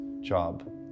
job